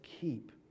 keep